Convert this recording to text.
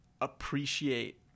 appreciate